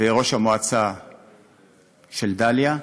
וראש המועצה של דאליה,